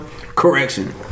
correction